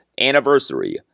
anniversary